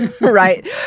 Right